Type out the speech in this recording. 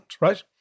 right